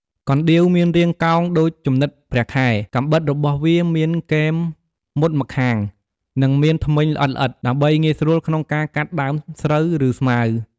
កណ្ដៀវមានរាងកោងដូចជំនិតព្រះខែ កាំបិតរបស់វាមានគែមមុតម្ខាង និងមានធ្មេញល្អិតៗ ដើម្បីងាយស្រួលក្នុងការកាត់ដើមស្រូវ ឬស្មៅ។